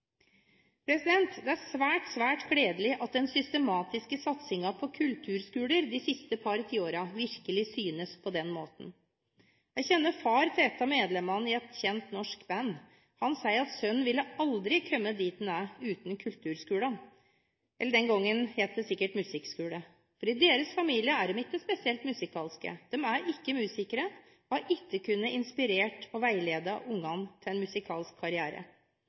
Det er svært, svært gledelig at den systematiske satsingen på kulturskoler de siste par tiårene virkelig synes på denne måten. Jeg kjenner faren til et av medlemmene i et kjent norsk band. Han sier at sønnen aldri ville kommet dit han er uten kulturskolen, eller musikkskolen, som det het den gangen, for i deres familie er de ikke spesielt musikalske. De er ikke musikere, og har ikke kunnet inspirere og veilede ungene til en musikalsk karriere.